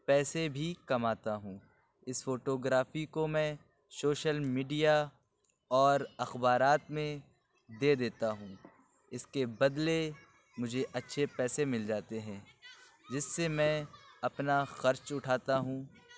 پیسے بھی کماتا ہوں اس فوٹوگرافی کو میں شوشل میڈیا اور اخبارات میں دے دیتا ہوں اس کے بدلے مجھے اچھے پیسے مل جاتے ہیں جس سے میں اپنا خرچ اٹھاتا ہوں